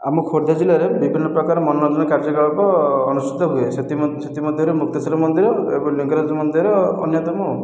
ଆମ ଖୋର୍ଦ୍ଦା ଜିଲ୍ଲାରେ ବିଭିନ୍ନ ପ୍ରକାର ମନୋରଞ୍ଜନ କାର୍ଯ୍ୟକଳାପ ଅନୁଷ୍ଠିତ ହୁଏ ସେଥିସେଥିମଧ୍ୟରୁ ମୁକ୍ତେଶ୍ଵର ମନ୍ଦିର ଏବଂ ଲିଙ୍ଗରାଜ ମନ୍ଦିର ଅନ୍ୟତମ ଆଉ